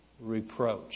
reproach